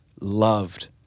loved